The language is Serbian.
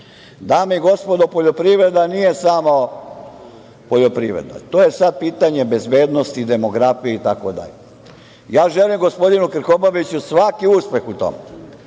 i gospodo, poljoprivreda nije samo poljoprivreda. To je sada pitanje bezbednosti, demografije itd. Želim gospodinu Krkobabiću svaki uspeh u tome